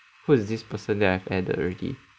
who is this person that I've added already